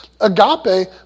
Agape